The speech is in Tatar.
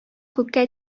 күккә